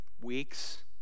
weeks